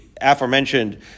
aforementioned